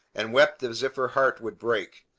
and wept as if her heart would break.